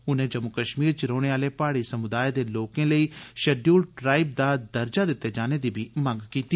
उनें जम्मू कश्मीर च रौहने आले प्हाड़ी समुदाएं दे लोकें लेई शडयूल ट्राइब दा दर्जा दिते जाने दी बी मंग कीती